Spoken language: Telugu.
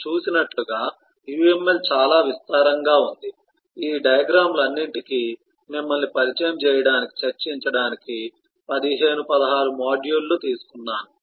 మనము చూసినట్లుగా UML చాలా విస్తారంగా ఉంది ఈ డయాగ్రమ్ లన్నింటికీ మిమ్మల్ని పరిచయం చేయడానికి చర్చించడానికి 15 16 మాడ్యూల్ లు తీసుకున్నాను